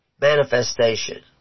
manifestation